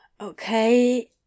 Okay